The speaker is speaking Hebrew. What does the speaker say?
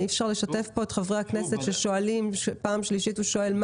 אי אפשר לשתף את חברי הכנסת ששואלים מה העלויות?